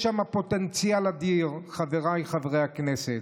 יש שם פוטנציאל אדיר, חבריי חברי הכנסת.